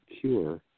cure